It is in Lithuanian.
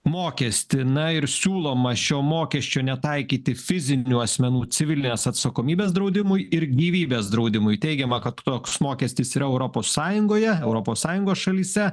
mokestį na ir siūloma šio mokesčio netaikyti fizinių asmenų civilinės atsakomybės draudimui ir gyvybės draudimui teigiama kad toks mokestis yra europos sąjungoje europos sąjungos šalyse